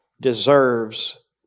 deserves